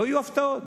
לא יהיו הפתעות.